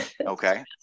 Okay